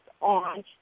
on